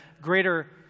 greater